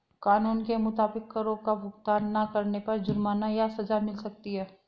कानून के मुताबिक, करो का भुगतान ना करने पर जुर्माना या सज़ा मिल सकती है